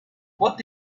what